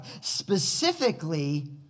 specifically